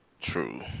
True